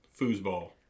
Foosball